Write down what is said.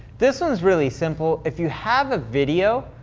this one's really simple. if you have a video,